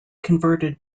converted